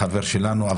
החבר שלנו,